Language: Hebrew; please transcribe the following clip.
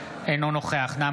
אינו נוכח יריב לוין,